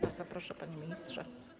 Bardzo proszę, panie ministrze.